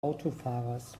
autofahrers